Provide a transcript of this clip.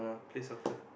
play soccer